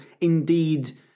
indeed